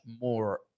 more